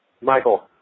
Michael